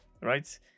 right